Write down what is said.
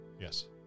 Yes